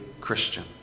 Christian